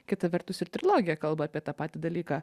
kita vertus ir trilogija kalba apie tą patį dalyką